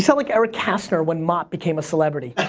so like eric kastner when mott became a celebrity.